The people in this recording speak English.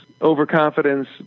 overconfidence